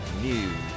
News